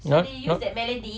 ya yup